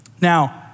Now